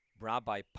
Rabbi